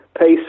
pace